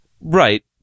Right